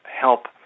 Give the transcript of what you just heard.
help